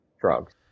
drugs